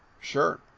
sure